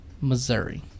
missouri